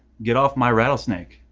get off my rattlesnake.